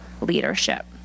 leadership